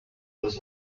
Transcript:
this